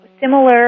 similar